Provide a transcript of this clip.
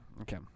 Okay